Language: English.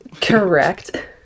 correct